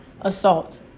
assault